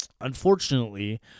Unfortunately